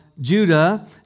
Judah